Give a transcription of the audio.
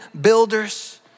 builders